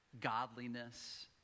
godliness